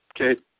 Okay